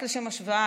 רק לשם השוואה,